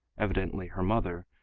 evidently her mother,